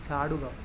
ചാടുക